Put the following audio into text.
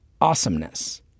awesomeness